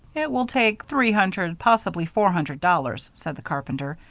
it will take three hundred possibly four hundred dollars, said the carpenter,